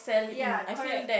ya correct